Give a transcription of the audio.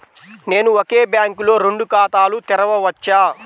నేను ఒకే బ్యాంకులో రెండు ఖాతాలు తెరవవచ్చా?